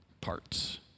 parts